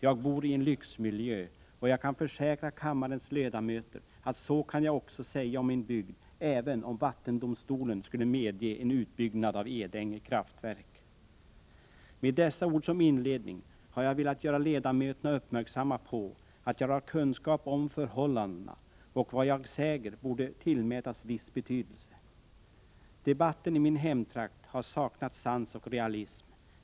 Jag bor i en lyxmiljö, och jag kan försäkra kammarens ledamöter att det kan jag också säga om min bygd även om vattendomstolen skulle medge en utbyggnad av Edänge kraftverk. Med dessa ord som inledning har jag velat göra ledamöterna uppmärksamma på att jag har kunskap om förhållandena och att vad jag säger borde tillmätas viss betydelse. Debatten i min hemtrakt har saknat sans och realism.